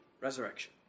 Resurrection